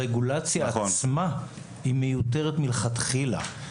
הרגולציה עצמה מיותרת מלכתחילה.